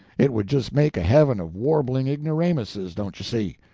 it would just make a heaven of warbling ignoramuses, don't you see?